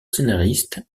scénariste